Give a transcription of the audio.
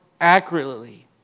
accurately